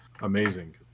amazing